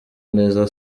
neza